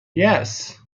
yes